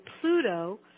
Pluto